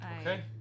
Okay